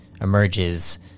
emerges